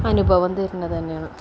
അനുഭവം തരുന്നത് തന്നെയാണ്